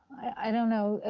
i don't know,